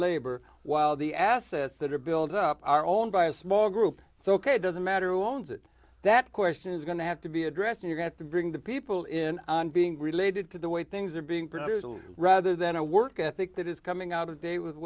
labor while the assets that are built up are owned by a small group so ok it doesn't matter who owns it that question is going to have to be addressed and you've got to bring the people in on being related to the way things are being produced rather than a work ethic that is coming out of date with